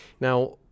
Now